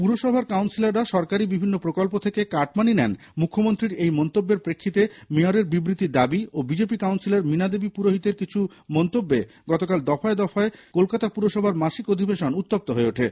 পুরসভার কাউন্সিলররা সরকারি বিভিন্ন প্রকল্প থেকে কাটমানি নেন মুখ্যমন্ত্রীর এই মন্তব্যের প্রেক্ষিতে মেয়রের বিবৃতির দাবি ও বিজেপি কাউন্সিলর মীনাদেবী পুরোহিতের কিছু মন্তব্যে গতকাল দফায় দফায় কলকাতা পুরসভার মাসিক অধিবেশন উত্তপ্ত হয়ে ওঠে